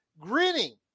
grinning